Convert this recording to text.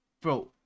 Bro